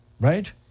Right